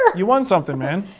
you won something, man,